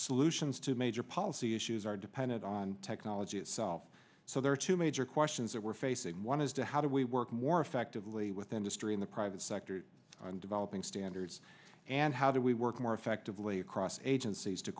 solutions to major policy issues are dependent on technology itself so there are two major questions that we're facing one is to how do we work more effectively with industry in the private sector on developing standards and how do we work more effectively across agencies to